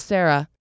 Sarah